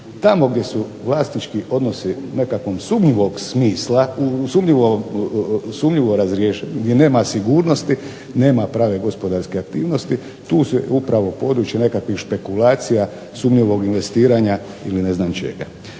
Tamo gdje su vlasnički odnosi nekakvog sumnjivog smisla, sumnjivo razriješeni, gdje nema sigurnost, nema prave gospodarske aktivnosti, tu se upravo područje nekakvih špekulacija, sumnjivog investiranja ili ne znam čega.